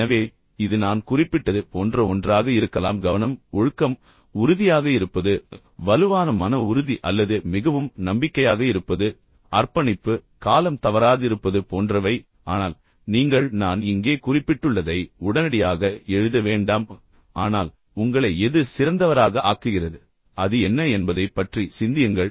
எனவே இது நான் குறிப்பிட்டது போன்ற ஒன்றாக இருக்கலாம் கவனம் ஒழுக்கம் உறுதியாக இருப்பது வலுவான மன உறுதி அல்லது மிகவும் நம்பிக்கையாக இருப்பது அர்ப்பணிப்பு காலம் தவறாதிருப்பது போன்றவை ஆனால் நீங்கள் நான் இங்கே குறிப்பிட்டுள்ளதை உடனடியாக எழுத வேண்டாம் ஆனால் உங்களை எது சிறந்தவராக ஆக்குகிறது அது என்ன என்பதைப் பற்றி சிந்தியுங்கள்